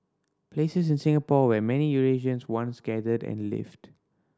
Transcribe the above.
places in Singapore where many Eurasians once gathered and lived